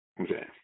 Okay